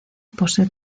posee